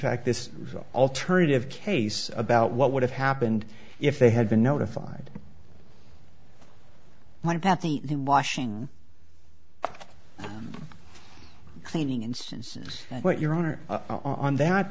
fact this alternative case about what would have happened if they had been notified like that the washing cleaning instance what your honor on that